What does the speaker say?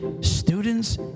students